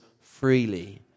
freely